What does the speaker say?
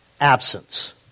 absence